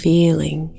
Feeling